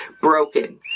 broken